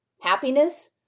happiness